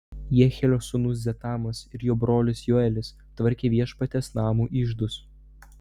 jehielio sūnūs zetamas ir jo brolis joelis tvarkė viešpaties namų iždus